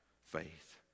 faith